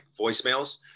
voicemails